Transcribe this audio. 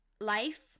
Life